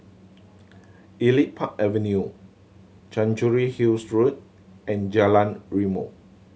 Elite Park Avenue Chancery Hills Road and Jalan Rimau